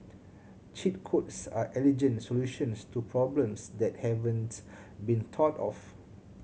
cheat codes are elegant solutions to problems that haven't been thought of